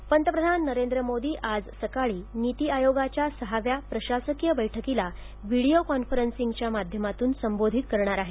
नीती आयोग पंतप्रधान नरेंद्र मोदी आज सकाळी नीती आयोगाच्या सहाव्या प्रशासकीय बैठकीला व्हिडीओ कॉन्फरंसिंगच्या माध्यमातून संबोधित करणार आहेत